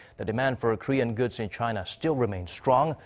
the demand for korean goods in china still remains strong,